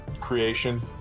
creation